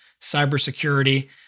cybersecurity